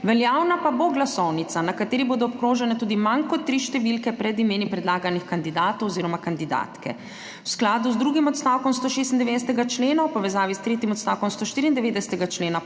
Veljavna pa bo glasovnica, na kateri bodo obkrožene tudi manj kot tri številke pred imeni predlaganih kandidatov oziroma kandidatke. V skladu z drugim odstavkom 196. člena v povezavi s tretjim odstavkom 194. člena